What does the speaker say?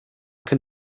can